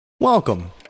Welcome